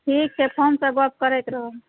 ठीक छै फोनसँ गप करैत रहब